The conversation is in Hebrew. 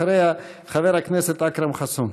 אחריה, חבר הכנסת אכרם חסון.